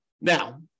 Now